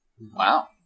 Wow